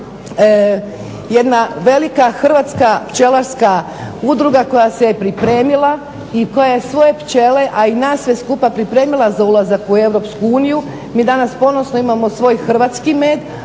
jedna velika hrvatska pčelarska udruga koja se pripremila i koja je svoje pčele a i nas sve skupa pripremila za ulazak u Europsku uniju. Mi danas ponosno imamo svoj hrvatski med,